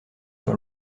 sur